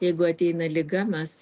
jeigu ateina liga mes